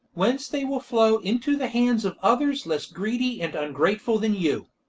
whence they will flow into the hands of others less greedy and ungrateful than you.